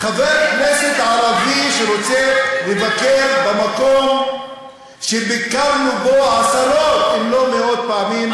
חבר כנסת ערבי שרוצה לבקר במקום שביקרנו בו עשרות אם לא מאות פעמים,